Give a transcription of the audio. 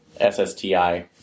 SSTI